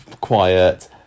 quiet